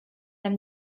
nam